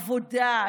עבודה,